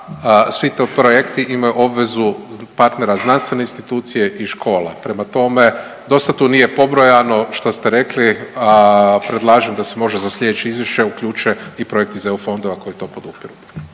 svi ti projekti imaju obvezu partnera znanstvene institucije i škole. Prema tome, dosta tu nije pobrojano što ste rekli. Predlažem da se možda za sljedeće izvješće uključe i projekti iz EU fondova koji to podupiru.